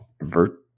Vert